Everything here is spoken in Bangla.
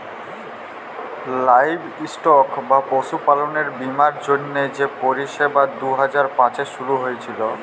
লাইভস্টক বা পশুপাললের বীমার জ্যনহে যে পরিষেবা দু হাজার পাঁচে শুরু হঁইয়েছিল